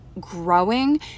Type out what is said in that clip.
growing